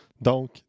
Donc